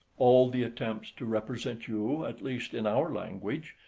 all the attempts to represent you, at least in our language,